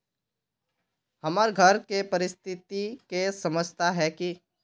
हमर घर के परिस्थिति के समझता है की?